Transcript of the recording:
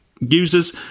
users